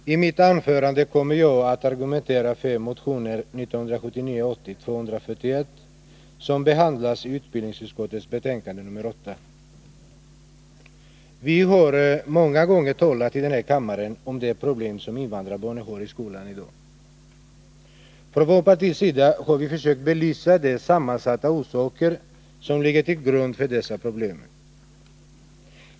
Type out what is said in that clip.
Herr talman! I mitt anförande kommer jag att argumentera för motionen 1979/80:241, som behandlas i utbildningsutskottets betänkande nr 8. Vi har många gånger talat i den här kammaren om de problem som invandrarbarnen har i skolan i dag. Från vårt partis sida har vi försökt belysa de sammansatta orsakerna till dessa problem.